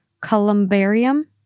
columbarium